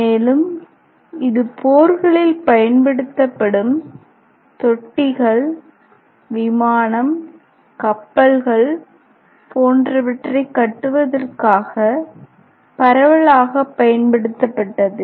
மேலும் இது போர்களில் பயன்படுத்தப்படும் தொட்டிகள் விமானம் கப்பல்கள் போன்றவற்றைக் கட்டுவதற்காக பரவலாகப் பயன்படுத்தப்பட்டன